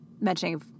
mentioning